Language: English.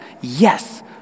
Yes